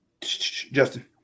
Justin